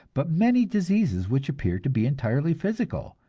but many diseases which appear to be entirely physical,